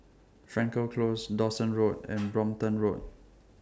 Frankel Close Dawson Road and Brompton Road